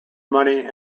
money